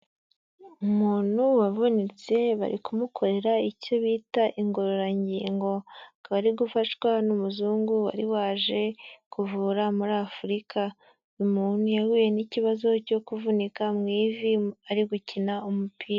Umuntu wavunitse bari kumukorera icyo bita ingororangingo, akaba ari gufashwa n'umuzungu wari waje kuvura muri afurika, umuntu yahuye n'ikibazo cyo kuvunika mu ivi ari gukina umupira.